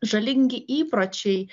žalingi įpročiai